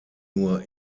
nur